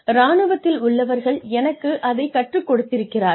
இராணுவத்தில் உள்ளவர்கள் எனக்கு அதை கற்றுக் கொடுத்திருக்கிறார்கள்